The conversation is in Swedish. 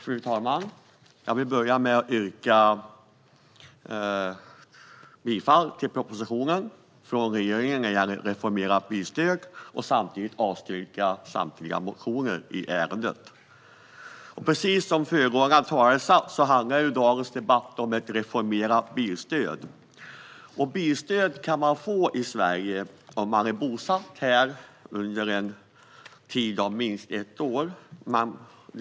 Fru talman! Jag vill börja med att yrka bifall till propositionen från regeringen om ett reformerat bilstöd. Samtidigt yrkar jag avslag på samtliga motioner i ärendet. Precis som föregående talare har sagt handlar dagens debatt om ett reformerat bilstöd. Bilstöd kan man få i Sverige om man är bosatt här under en tid av minst ett år.